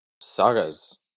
Sagas